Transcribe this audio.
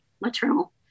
maternal